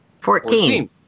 Fourteen